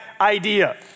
idea